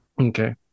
Okay